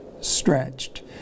stretched